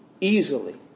easily